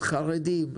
חרדים,